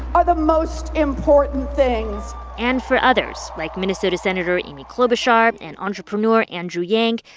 are the most important things and for others, like minnesota senator amy klobuchar and entrepreneur andrew yang,